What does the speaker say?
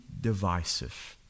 divisive